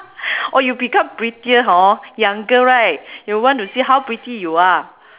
or you become prettier hor younger right you want to see how pretty you are